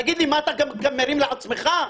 אתה מרים לעצמך?